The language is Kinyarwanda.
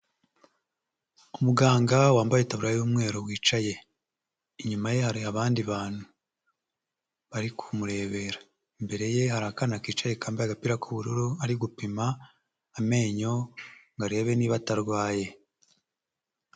Umuganga wambaye itaburiya y'umweru wicaye, inyuma hari abandi bantu bari kumurebera, imbere ye hari akana kicaye kambaye agapira k'ubururu, ari gupima amenyo ngo arebe niba atarwaye.